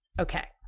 Okay